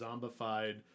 zombified